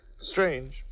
strange